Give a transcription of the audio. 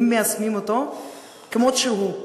אם מיישמים אותו כמות שהוא.